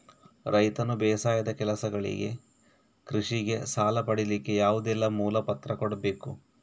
ರೈತನು ಬೇಸಾಯದ ಕೆಲಸಗಳಿಗೆ, ಕೃಷಿಗೆ ಸಾಲ ಪಡಿಲಿಕ್ಕೆ ಯಾವುದೆಲ್ಲ ಮೂಲ ಪತ್ರ ಕೊಡ್ಬೇಕು?